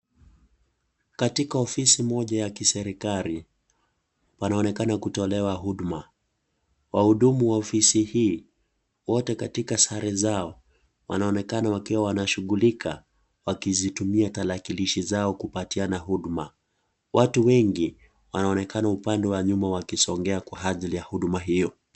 Katika ofisi moja ya kiserikali, panaonekana kutolewa huduma. Wahudumu wa ofisi hii, wote katika sare zao, wanaonekana wakiwa wanashughulika wakizitumia tarakilishi zao kupatiana huduma. Watu wengi wanaonekana upande wa nyuma wakisongea kwa ajili ya huduma hiyo.